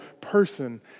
person